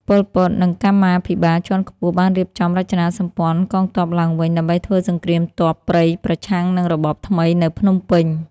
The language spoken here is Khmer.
ប៉ុល ពត និងកម្មាភិបាលជាន់ខ្ពស់បានរៀបចំរចនាសម្ព័ន្ធកងទ័ពឡើងវិញ ដើម្បីធ្វើសង្គ្រាមទ័ពព្រៃប្រឆាំងនឹងរបបថ្មីនៅភ្នំពេញ។